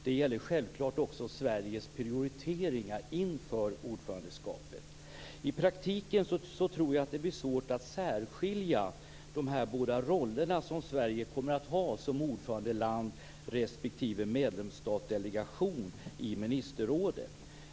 Det gäller självklart också Sveriges prioriteringar inför ordförandeskapet. I praktiken tror jag att det blir svårt att särskilja de båda roller som Sverige kommer att ha som ordförandeland respektive medlemsstatsdelegation i ministerrådet.